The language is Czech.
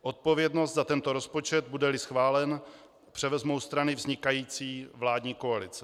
Odpovědnost za tento rozpočet, budeli schválen, převezmou strany vznikající vládní koalice.